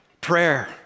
Prayer